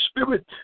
Spirit